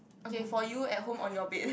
okay for you at home on your bed